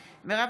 בעד אופיר כץ,